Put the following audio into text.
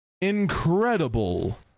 incredible